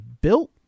built